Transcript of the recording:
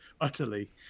utterly